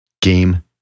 Game